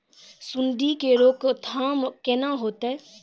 सुंडी के रोकथाम केना होतै?